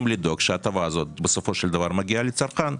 שההטבה הזאת בסופו של דבר מגיעה לצרכן,